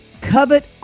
covet